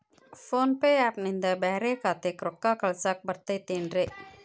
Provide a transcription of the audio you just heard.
Phone pay app ನಿಂದ ಬ್ಯಾರೆ ಖಾತೆಕ್ ರೊಕ್ಕಾ ಕಳಸಾಕ್ ಬರತೈತೇನ್ರೇ?